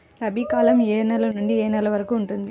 రబీ కాలం ఏ నెల నుండి ఏ నెల వరకు ఉంటుంది?